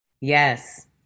Yes